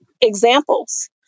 examples